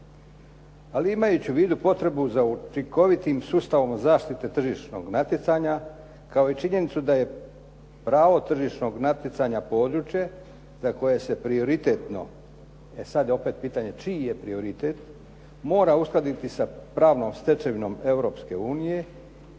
Ali imajući u vidu potrebu za učinkovitim sustavom zaštite tržišnog natjecanja kao i činjenicu da je pravo tržišnog natjecanja područje za koje se prioritetno, e sada je opet pitanje čiji je prioritet mora uskladiti sa pravnom stečevinom Europske unije.